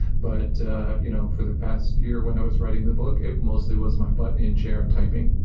but you know for the past year when i was writing the book, it mostly was my butt in chair, typing.